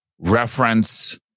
reference